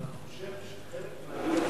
אני חושב שחלק מהדיון,